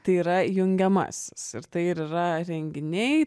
tai yra jungiamasis ir tai ir yra renginiai